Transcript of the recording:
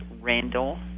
Randall